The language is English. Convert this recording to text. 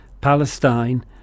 Palestine